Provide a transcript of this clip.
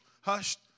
hushed